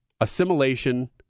assimilation